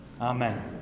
Amen